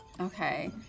Okay